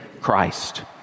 Christ